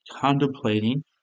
contemplating